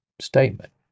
statement